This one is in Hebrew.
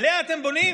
עליה אתם בונים,